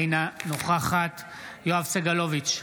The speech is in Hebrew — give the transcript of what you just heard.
אינה נוכחת יואב סגלוביץ'